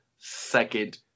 second